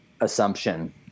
assumption